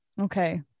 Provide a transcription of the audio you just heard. Okay